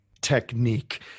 technique